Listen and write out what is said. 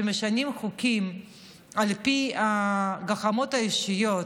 שמשנים חוקים על פי הגחמות האישיות,